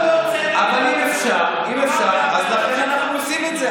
אבל אם אפשר, אז לכן עשינו את זה.